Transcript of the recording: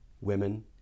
women